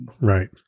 Right